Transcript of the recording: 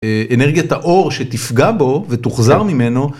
אנרגיית האור שתפגע בו ותוחזר ממנו.